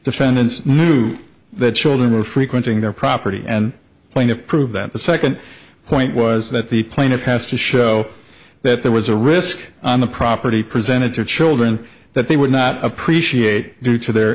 defendants knew that children were frequenting their property and plaintiffs prove that the second point was that the plaintiff has to show that there was a risk on the property presented to children that they would not appreciate it due to their